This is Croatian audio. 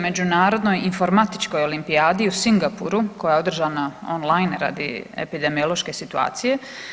Međunarodnoj informatičkoj olimpijadi u Singapuru koja je održana on-line radi epidemiološke situacije.